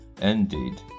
ended